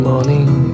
Morning